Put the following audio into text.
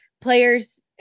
players